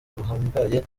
buhambaye